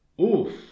Oof